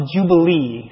Jubilee